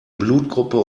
blutgruppe